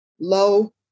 low